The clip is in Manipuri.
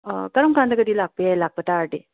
ꯀꯔꯝꯀꯥꯟꯗꯒꯗꯤ ꯂꯥꯛꯄ ꯌꯥꯏ ꯂꯥꯛꯄ ꯇꯥꯔꯗꯤ